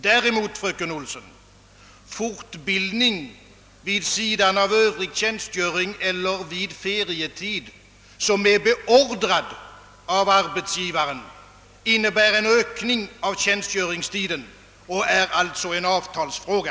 Däremot innebär, fröken Olsson, fortbildning vid sidan av övrig tjänstgöring eller under ferietid, som är beordrad av arbetsgivaren, en ökning av tjänstgöringstiden och är alltså en avtalsfråga.